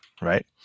right